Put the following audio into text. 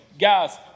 Guys